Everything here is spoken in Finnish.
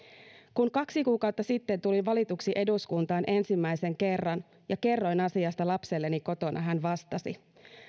kun kaksi kuukautta sitten tulin valituksi eduskuntaan ensimmäisen kerran ja kerroin asiasta lapselleni kotona hän vastasi